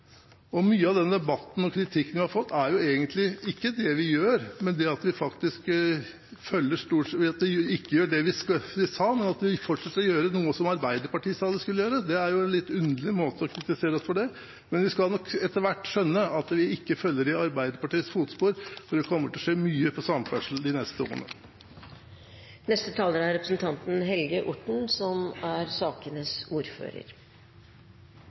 ha. Mye av debatten i den forbindelse og den kritikken vi har fått, dreier seg egentlig ikke om at vi gjør det vi sa, men at vi fortsetter å gjøre noe som Arbeiderpartiet sa de skulle gjøre. Det er litt underlig å kritisere oss for det. Men vi skal nok etter hvert skjønne at vi ikke følger i Arbeiderpartiets fotspor, for det kommer til å skje mye innen samferdsel de neste årene. Jeg vil også takke Stortinget for en interessant debatt. Jeg vil gjerne kalle det interessant, for det har blitt en frisk debatt om en proposisjon hvor vi stort sett er